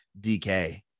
DK